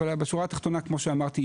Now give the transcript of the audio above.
אבל בשורה התחתונה כמו שאמרתי,